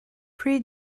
pre